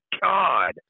God